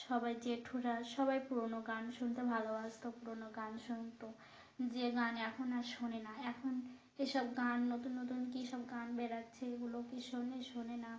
সবাই জেঠুরা সবাই পুরনো গান শুনতে ভালোবাসতো পুরনো গান শুনতো যে গান এখন আর শোনে না এখন এসব গান নতুন নতুন কী সব গান বেরাচ্ছে এগুলো কি শোনে শোনে না